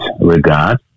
regard